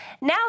Now